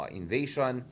invasion